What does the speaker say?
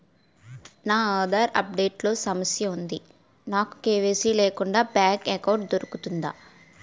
నా Aadhaar update లో సమస్య వుంది నాకు కే.వై.సీ లేకుండా బ్యాంక్ ఎకౌంట్దొ రుకుతుందా?